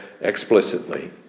explicitly